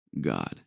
God